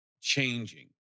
changing